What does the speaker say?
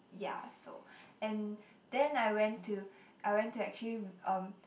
yeah so and then I went to I went to actually um